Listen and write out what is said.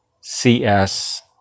CS